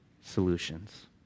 solutions